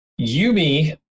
Yumi